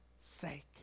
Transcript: sake